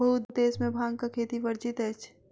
बहुत देश में भांगक खेती वर्जित अछि